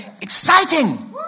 exciting